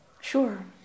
Sure